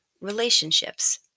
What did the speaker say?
relationships